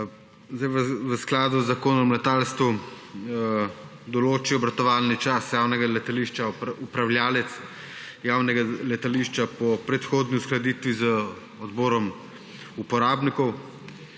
V skladu z Zakonom o letalstvu določi obratovalni čas javnega letališča upravljavec javnega letališča po predhodni uskladitvi z odborom uporabnikov,